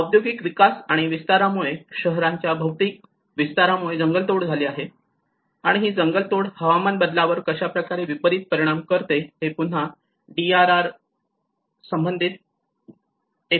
औद्योगिक विकास आणि विस्तारामुळे शहरांच्या भौतिक विस्तारामुळे जंगलतोड झाली आहे आणि ही जंगल तोड हवामान बदलावर कशाप्रकारे विपरीत परिणाम करते आणि हे पुन्हा DRR संबंधित येते